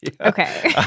Okay